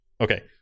Okay